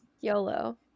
YOLO